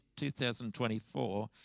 2024